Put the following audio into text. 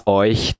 euch